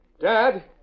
Dad